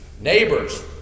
neighbors